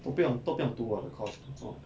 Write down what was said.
都不用都不用读 what course 做